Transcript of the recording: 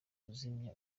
kuzimya